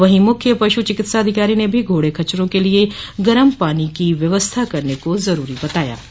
वहीं मुख्य पश् चिकित्सा अधिकारी ने भी घोड़े खच्चरों के लिए गरम पानी की व्यवस्था करने को जरूरी बताया है